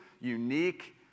unique